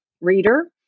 reader